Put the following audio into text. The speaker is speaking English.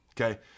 okay